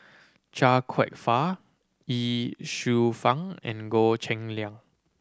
Chia Kwek Fah Ye Shufang and Goh Cheng Liang